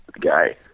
guy